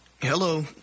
Hello